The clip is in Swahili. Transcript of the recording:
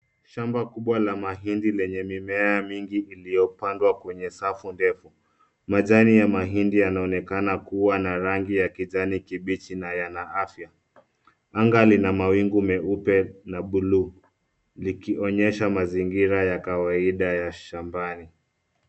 Shamba kubwa la mahindi lenye mimea mingi iliopandwa kwenye safu ndefu. Majani ya mahindi yanaonekana kuwa na rangi ya kijani kibichi na yana afya. Anga lina mawingu meupe na buluu, likionyesha mazingira ya kawaida ya shambani.